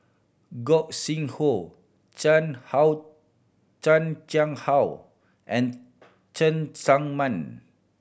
Gog Sing Hooi Chan How Chan Chang How and Cheng Tsang Man